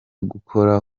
gukora